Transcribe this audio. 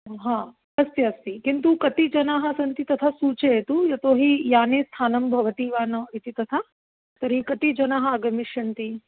हा अस्ति अस्ति किन्तु कति जानाः सन्ति तथा सूचयतु यतो हि याने स्थानं भवति वा न इति तथा तर्हि कति जनाः आगमिष्यन्ति